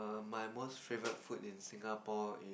my most favourite food in Singapore is